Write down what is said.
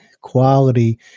quality